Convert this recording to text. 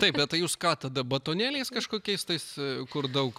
taip bet tai jūs ką tada batonėliais kažkokiais tais kur daug